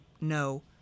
no